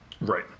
right